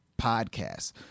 podcasts